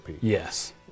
Yes